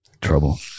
Trouble